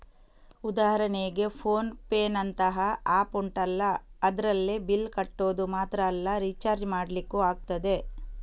ಉದಾಹರಣೆಗೆ ಫೋನ್ ಪೇನಂತಹ ಆಪ್ ಉಂಟಲ್ಲ ಅದ್ರಲ್ಲಿ ಬಿಲ್ಲ್ ಕಟ್ಟೋದು ಮಾತ್ರ ಅಲ್ಲ ರಿಚಾರ್ಜ್ ಮಾಡ್ಲಿಕ್ಕೂ ಆಗ್ತದೆ